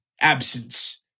absence